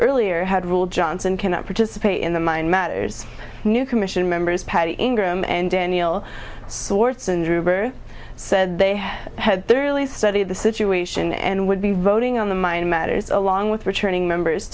earlier had ruled johnson cannot participate in the mine matters new commission members patty ingram and daniel sorts in gruber said they had thoroughly studied the situation and would be voting on the mining matters along with returning members